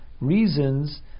reasons